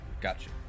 Gotcha